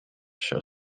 show